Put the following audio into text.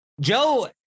Joe